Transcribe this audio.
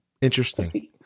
interesting